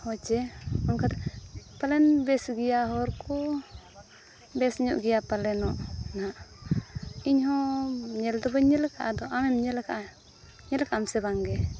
ᱦᱳᱭᱥᱮ ᱚᱱᱠᱟ ᱛᱮ ᱯᱟᱞᱮᱱ ᱵᱮᱥ ᱜᱮᱭᱟ ᱦᱚᱨ ᱠᱚ ᱵᱮᱥ ᱧᱚᱜ ᱜᱮᱭᱟ ᱯᱟᱞᱮᱱᱚᱜ ᱱᱟᱦᱟᱸᱜ ᱤᱧ ᱦᱚᱸ ᱧᱮᱞ ᱫᱚ ᱵᱟᱹᱧ ᱧᱮᱞᱟᱠᱟᱫᱼᱟ ᱟᱫᱚ ᱟᱢᱮᱢ ᱧᱮᱞ ᱟᱠᱟᱫᱼᱟ ᱧᱮᱞ ᱠᱟᱫᱟᱢ ᱥᱮ ᱵᱟᱝ ᱜᱮ